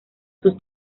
sus